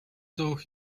though